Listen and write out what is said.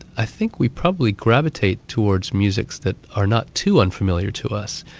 i think we probably gravitate towards musics that are not too unfamiliar to us,